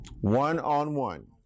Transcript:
One-on-one